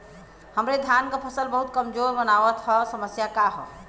हमरे धान क फसल बहुत कमजोर मनावत ह समस्या का ह?